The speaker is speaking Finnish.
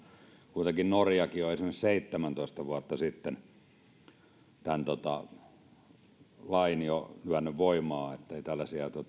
kuitenkin norjakin on esimerkiksi seitsemäntoista vuotta sitten tämän lain jo lyönyt voimaan ettei tällaisia